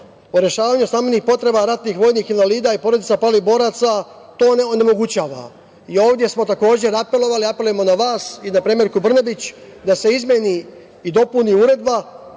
o rešavanju stambenih potreba ratnih vojnih invalida i porodica palih boraca to onemogućava. Ovde smo takođe apelovali, apelujemo na vas i na premijerku Brnabić, da se izmeni i dopuni Uredba